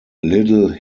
little